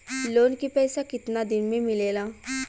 Loan के पैसा कितना दिन मे मिलेला?